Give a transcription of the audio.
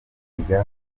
kwiga